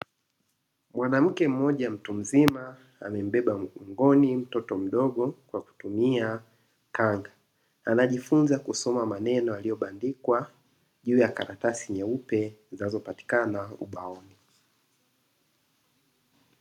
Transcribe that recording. Mwanamke mmoja mtu mzima aliyembeba mgongoni mtoto mdogo kwa kutumia kanga, anajifunza kusoma maneno yaliyobandikwa juu ya karatasi nyeupe zinazopatikana ubaoni.